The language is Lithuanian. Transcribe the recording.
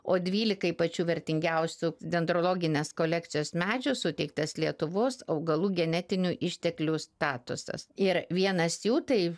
o dvylikai pačių vertingiausių dendrologinės kolekcijos medžių suteiktas lietuvos augalų genetinių išteklių statusas ir vienas jų tai